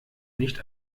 nicht